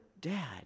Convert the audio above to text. dad